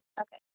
Okay